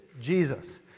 Jesus